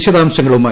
വിശദാംശങ്ങളുമായി